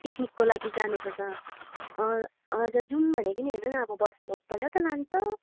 पिकनिकको लागि जानुपर्छ अँ हजुर जाउँ भनेको नि हेर न अब वर्षमा एकपल्ट त लान्छ